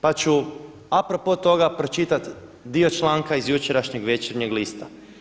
Pa ću a pro po toga pročitati dio članka iz jučerašnjeg Večernjeg lista.